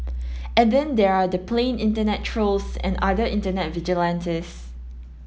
and then there are the plain internet trolls and other internet vigilantes